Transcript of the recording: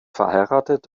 verheiratet